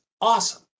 awesome